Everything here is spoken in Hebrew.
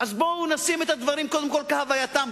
אז בואו נשים את הדברים קודם כול כהווייתם,